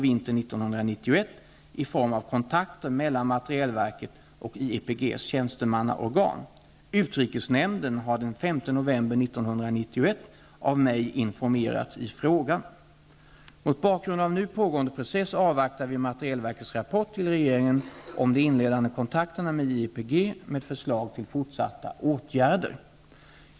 Mot bakgrund av nu pågående process avvaktar vi materielverkets rapport till regeringen om de inledande kontakterna med IEPG med förslag till fortsatta åtgärder.